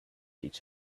each